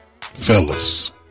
Fellas